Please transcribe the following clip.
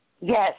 Yes